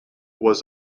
was